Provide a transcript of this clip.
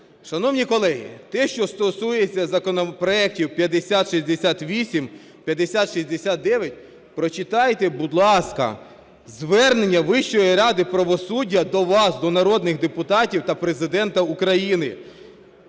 Шановні колеги, те, що стосується законопроектів 5068, 5069, прочитайте, будь ласка, звернення Вищої ради правосуддя до вас, до народних депутатів, та Президента України.